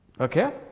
Okay